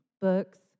books